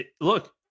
look